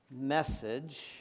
message